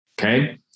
Okay